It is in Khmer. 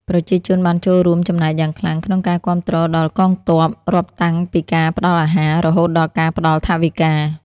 ប្រជាជនបានចូលរួមចំណែកយ៉ាងខ្លាំងក្នុងការគាំទ្រដល់កងទ័ព រាប់តាំងពីការផ្តល់អាហារ រហូតដល់ការផ្តល់ថវិកា។